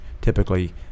typically